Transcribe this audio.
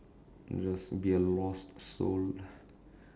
just be a lost soul